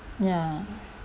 ya